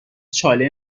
چاله